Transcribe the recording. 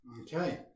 Okay